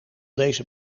deze